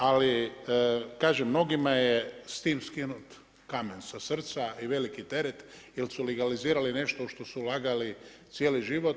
Ali kažem mnogima je s tim skinut kamen sa srca i veliki teret jer su legalizirali nešto u što se ulagali cijeli život.